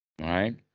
Right